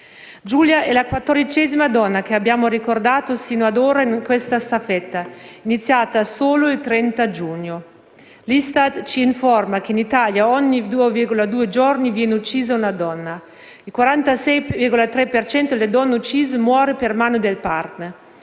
Giulia è la quattrodicesima donna che abbiamo ricordato fino ad ora in questa staffetta iniziata solo il 30 giugno. L'ISTAT ci informa che in Italia ogni 2,2 giorni viene uccisa una donna, che il 47,3 per cento delle donne uccise muore per mano del *partner*;